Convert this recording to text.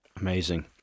Amazing